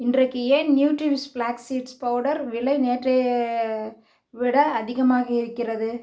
இன்றைக்கு ஏன் Nutrivish flax seed powder விலை நேற்றை விட அதிகமாக இருக்கிறது